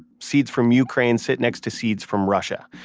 seeds from ukraine sit next to seeds from russia.